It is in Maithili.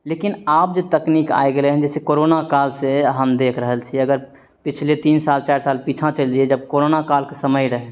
लेकिन आब जे तकनीक आबि गेलय हन जैसे कोरोना कालसँ हम देख रहल छी अगर पिछले तीन साल चारि साल पीछा चलि जैइयै जब कोरोना कालके समय रहय